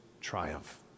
triumph